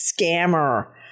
scammer